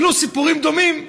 הם גילו סיפורים דומים.